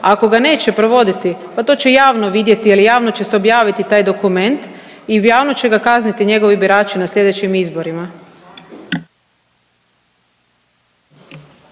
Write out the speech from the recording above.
Ako ga neće provoditi, pa to će javno vidjeti ili javno će se objaviti taj dokument i javno će ga kazniti njegovi birači na sljedećim izborima.